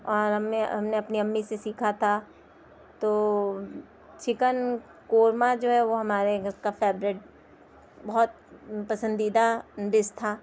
اور ہم نے ہم نے اپنی امی سے سیکھا تھا تو چکن قورمہ جو ہے وہ ہمارے گھر کا فیوریٹ بہت پسندیدہ ڈس تھا